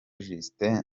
justin